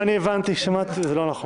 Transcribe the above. הבנתי, שמעתי, זה לא נכון.